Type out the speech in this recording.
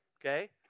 Okay